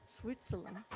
Switzerland